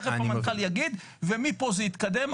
תיכף המנכ"ל יגיד ומפה זה התקדם,